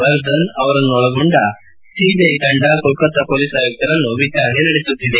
ಬರ್ದನ್ ಅವರನ್ನೊಳಗೊಂಡ ಸಿಬಿಐ ತಂಡ ಕೋಲ್ಕತಾ ಮೊಲೀಸ್ ಆಯುಕ್ತರನ್ನು ವಿಚಾರಣೆ ನಡೆಸುತ್ತಿದೆ